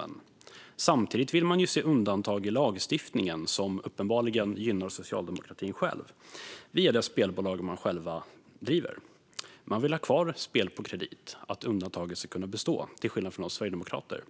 Men samtidigt vill man se undantag i lagstiftningen som uppenbarligen gynnar socialdemokratin själv och det spelbolag man driver. Man vill ha kvar undantaget för spel på kredit, till skillnad från oss sverigedemokrater.